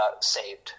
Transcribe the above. saved